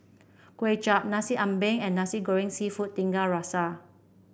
Kway Chap Nasi Ambeng and Nasi Goreng seafood Tiga Rasa